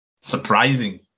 surprising